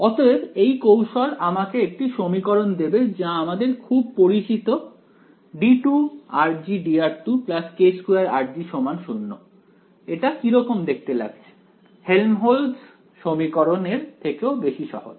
অতএব এই কৌশল আমাকে একটি সমীকরণ দেবে যা আমাদের খুব পরিচিত d2dr2 k2rG 0 এটা কিরকম দেখতে লাগছে হেল্মহোল্টজ সমীকরণ এর থেকেও বেশি সহজ